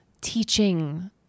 teaching